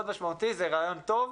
זה רעיון טוב.